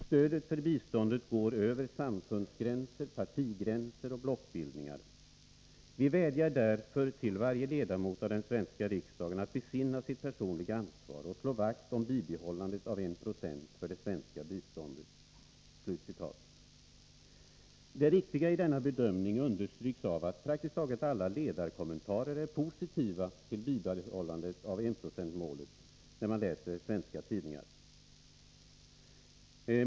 Stödet för biståndet går över samfundsgränser, partigränser och blockbildningar. Vi vädjar därför till varje ledamot av den svenska riksdagen att besinna sitt personliga ansvar och slå vakt om bibehållandet av en procent för det svenska biståndet.” Det riktiga i denna bedömning understryks av att praktiskt taget alla ledarkommentarer är positiva till bibehållandet av enprocentsmålet. Det finner man när man läser svenska tidningar.